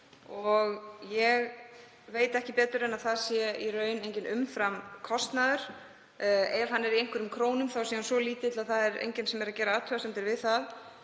Ég veit ekki betur en að það sé í raun enginn umframkostnaður. Ef hann er í einhverjum krónum er hann svo lítill að það er enginn að gera athugasemdir við það.